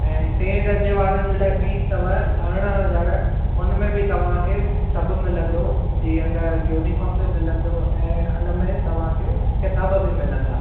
ऐं टें दर्जे वारनि जे लाइ फ़ीस अथव अरिड़हं हज़ार उन में बि तव्हांखे सभु मिलंदो जीअं त यूनिफ़ॉर्म बि मिलंदो ऐं हुन में तव्हांखे किताब बि मिलंदा